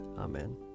Amen